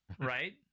Right